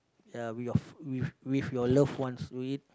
ya with your with with your love ones to eat